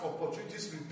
opportunities